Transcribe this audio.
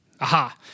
Aha